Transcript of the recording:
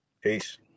Peace